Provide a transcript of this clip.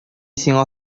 сиңа